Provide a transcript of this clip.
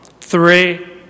three